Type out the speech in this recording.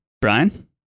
Brian